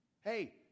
Hey